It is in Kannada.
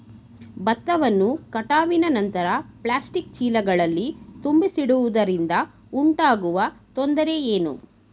ಭತ್ತವನ್ನು ಕಟಾವಿನ ನಂತರ ಪ್ಲಾಸ್ಟಿಕ್ ಚೀಲಗಳಲ್ಲಿ ತುಂಬಿಸಿಡುವುದರಿಂದ ಉಂಟಾಗುವ ತೊಂದರೆ ಏನು?